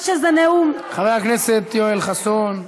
חבר הכנסת יואל חסון.